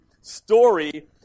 story